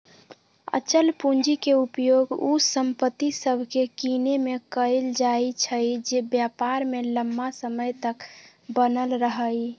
अचल पूंजी के उपयोग उ संपत्ति सभके किनेमें कएल जाइ छइ जे व्यापार में लम्मा समय तक बनल रहइ